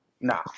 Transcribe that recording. nah